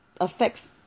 affects